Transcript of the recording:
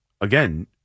Again